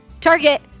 target